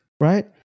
right